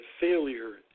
failure